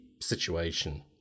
situation